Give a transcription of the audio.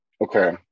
Okay